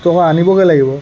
তোক আনিবগে লাগিব